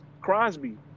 Crosby